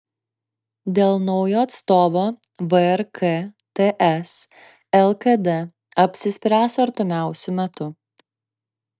dėl naujo atstovo vrk ts lkd apsispręs artimiausiu metu